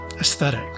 aesthetic